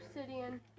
obsidian